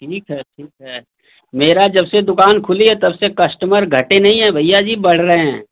ठीक है ठीक है मेरा जबसे दुकान खुली है तबसे कस्टमर घटे नहीं है भैया जी बढ़ रहे हैं